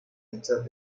hechas